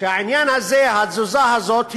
שהתזוזה הזאת,